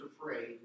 afraid